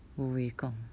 bo wei gong